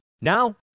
Now